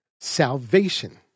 salvation